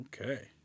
Okay